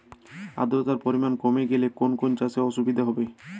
আদ্রতার পরিমাণ কমে গেলে কোন কোন চাষে অসুবিধে হবে?